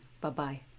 Bye-bye